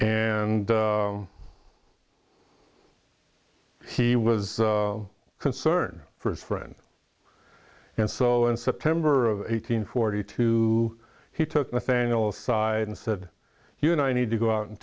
and he was concern for his friend and so in september of eighteen forty two he took nathaniel aside and said you know i need to go out and